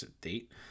date